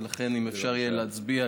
ולכן אם אפשר יהיה להצביע,